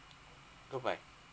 goodbye